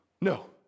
No